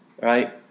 right